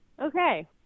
Okay